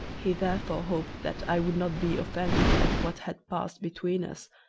he therefore hoped that i would not be offended at what had passed between us,